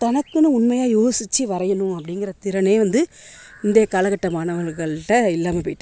தனக்குனு உண்மையாக யோசிச்சு வரையணும் அப்படிங்கிற திறனே வந்து இன்றைய காலக்கட்ட மாணவர்கள்டே இல்லாமல் போய்ட்டு